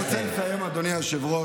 אני רוצה לסיים, אדוני היושב-ראש.